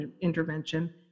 intervention